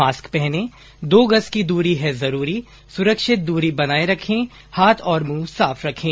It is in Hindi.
मास्क पहनें दो गज की दूरी है जरूरी सुरक्षित दूरी बनाए रखें हाथ और मुंह साफ रखें